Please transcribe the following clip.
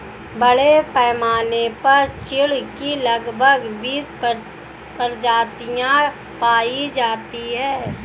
बड़े पैमाने पर चीढ की लगभग बीस प्रजातियां पाई जाती है